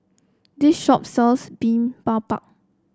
this shop sells Bimbabap